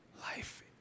Life